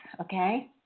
Okay